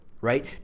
right